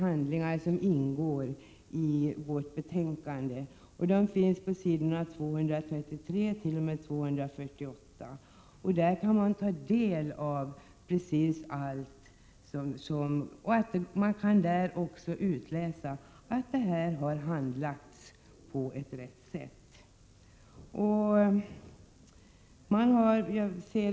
Handlingarna i det här ärendet finns på s. 233-248 i betänkandet. Man kan av dem utläsa att ärendet har handlagts på rätt sätt.